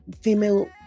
female